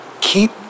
keep